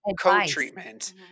co-treatment